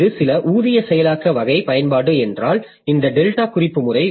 இது சில ஊதிய செயலாக்க வகை பயன்பாடு என்றால் இந்த டெல்டா குறிப்பு முறை